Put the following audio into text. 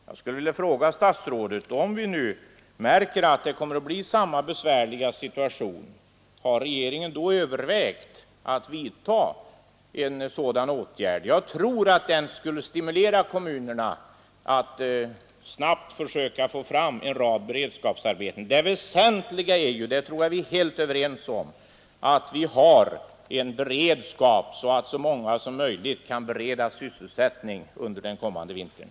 Jag skulle vilja fråga statsrådet: Om vi nu märker att det blir samma besvärliga situation, har regeringen då övervägt att vidta en sådan åtgärd igen? Jag tror att det skulle stimulera kommunerna till att snabbt försöka få fram en rad beredskapsarbeten. Det väsentliga är ju — det tror jag att vi är helt överens om — att vi har en sådan beredskap att så många som möjligt kan beredas sysselsättning under den kommande vintern.